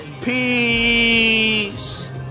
peace